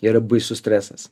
yra baisus stresas